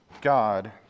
God